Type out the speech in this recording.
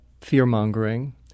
fear-mongering